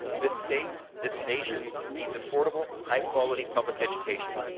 this state, this nation needs affordable high-quality public education.